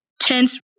tense